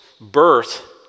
birth